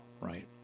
right